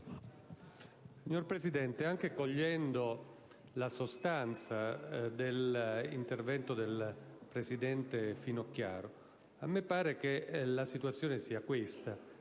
Signor Presidente, anche cogliendo la sostanza dell'intervento della presidente Finocchiaro, a me pare che la situazione sia la